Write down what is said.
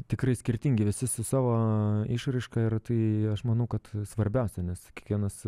tikrai skirtingi visi su savo išraiška ir tai aš manau kad svarbiausia nes kiekvienas